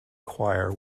choir